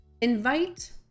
invite